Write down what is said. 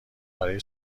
برای